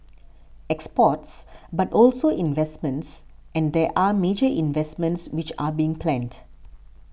exports but also investments and there are major investments which are being planned